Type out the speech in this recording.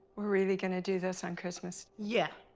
we're really going to do this on christmas? yeah!